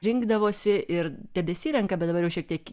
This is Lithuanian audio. rinkdavosi ir tebesirenka bet dabar jau šiek tiek